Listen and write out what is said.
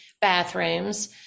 bathrooms